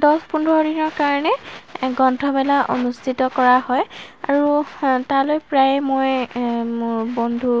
দহ পোন্ধৰ দিনৰ কাৰণে গ্ৰন্থমেলা অনুষ্ঠিত কৰা হয় আৰু তালৈ প্ৰায়ে মই মোৰ বন্ধু